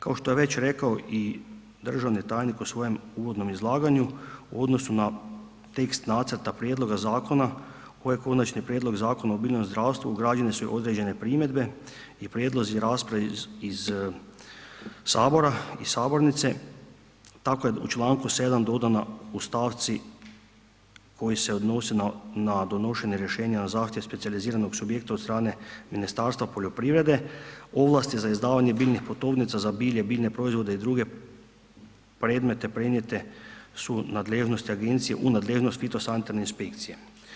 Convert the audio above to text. Kao što je već rekao i državni tajnik u svojem uvodnom izlaganju u odnosu na tekst nacrta prijedloga zakona ovaj Konačni prijedlog Zakona o biljnom zdravstvu ugrađene su i određene primjedbe i prijedlozi i rasprave iz sabornice, tako je u članku 7. dodana u stavci koja se odnose na donošenje rješenja o zaštiti specijaliziranog subjekta od strane Ministarstva poljoprivrede, ovlasti za izdavanje biljnih putovnica za bilje, biljne proizvode i druge predmete prenijete su u nadležnost Fitosanitarne inspekcije.